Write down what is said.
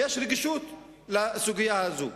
ויש רגישות לסוגיה הזאת.